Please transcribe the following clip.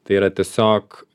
tai yra tiesiog